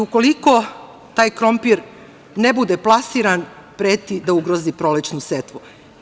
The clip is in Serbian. Ukoliko taj krompir ne bude plasiran, preti da ugrozi prolećnu setvu.